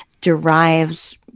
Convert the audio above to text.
derives